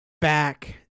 back